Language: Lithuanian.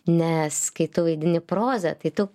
nes kai tu vaidini prozą tai tu